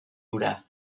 ura